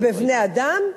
ובבני-אדם.